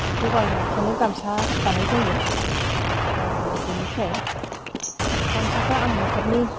गोबांखौनो गामसा दानाय जायो आरो बेनिफ्राय गामसाखौ आं न'खरनि